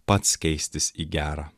pats keistis į gerą